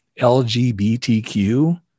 LGBTQ